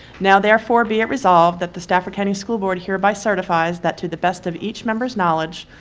now therefore be it resolved that the stafford county school board hereby certifies that to the best of each member's knowledge,